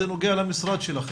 זה נוגע למשרד שלכם.